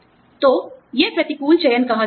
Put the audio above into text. तो यह प्रतिकूल चयन कहा जाता है